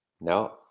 no